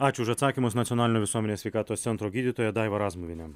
ačiū už atsakymus nacionalinio visuomenės sveikatos centro gydytoja daiva razmuvienė